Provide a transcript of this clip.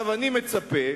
אני מצפה,